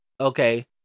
Okay